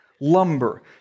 lumber